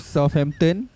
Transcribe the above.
Southampton